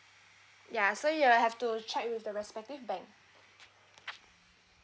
ya so you'll have to check with the respective bank